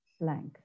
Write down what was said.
blank